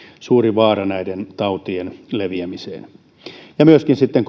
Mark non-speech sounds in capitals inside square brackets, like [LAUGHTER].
suuri vaara näiden tautien leviämiseen myöskin sitten [UNINTELLIGIBLE]